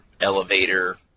elevator